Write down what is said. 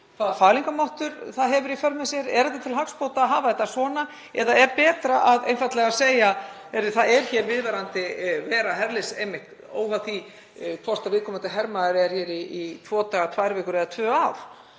fælingarmátt það hefur í för með sér. Er til hagsbóta að hafa þetta svona eða er betra einfaldlega að segja: Það er hér viðvarandi vera herliðs óháð því hvort viðkomandi hermaður er hér í tvo daga, tvær vikur eða tvö ár.